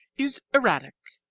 is erratic.